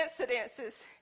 incidences